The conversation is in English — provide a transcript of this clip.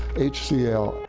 hcl.